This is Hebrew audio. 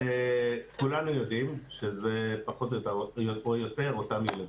כולנו יודעים שזה פחות או יותר אותם ילדים.